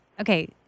okay